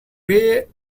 hay